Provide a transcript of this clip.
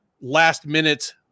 last-minute